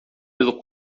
pelo